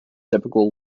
typical